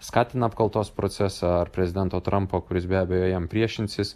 skatina apkaltos procesą ar prezidento trampo kuris be abejo jam priešinsis